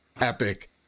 Epic